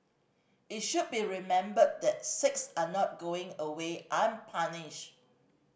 it should be remembered that six are not going away unpunished